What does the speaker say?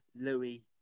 Louis